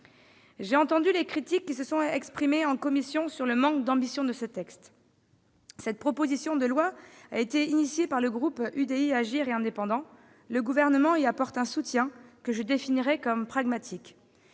J'ai entendu les critiques qui se sont exprimées en commission sur le manque d'ambition de ce texte. Cette proposition de loi a été déposée par le groupe UDI, Agir et Indépendants. Le Gouvernement y apporte un soutien que je qualifierai de pragmatique,